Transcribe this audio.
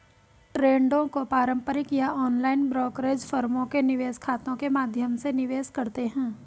ट्रेडों को पारंपरिक या ऑनलाइन ब्रोकरेज फर्मों के निवेश खातों के माध्यम से निवेश करते है